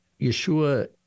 Yeshua